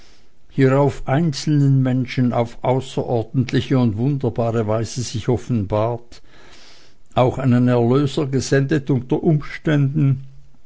hierauf einzelnen menschen auf außerordentliche und wunderbare weise sich offenbart auch einen erlöser gesendet unter umständen